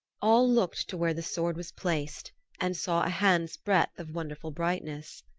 all looked to where the sword was placed and saw a hand's breadth of wonderful brightness.